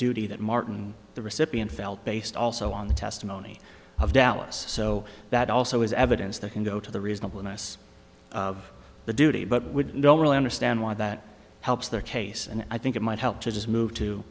duty that martin the recipient felt based also on the testimony of dallas so that also is evidence that can go to the reasonableness of the duty but would don't really understand why that helps their case and i think it might help to just move to